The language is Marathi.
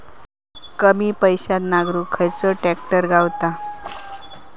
कमी पैशात नांगरुक खयचो ट्रॅक्टर गावात?